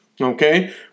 Okay